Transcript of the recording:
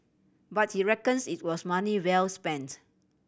but he reckons it was money well spent